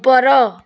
ଉପର